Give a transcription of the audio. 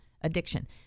Addiction